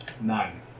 Nine